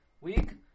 week